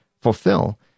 fulfill